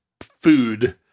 food